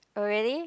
oh really